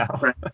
right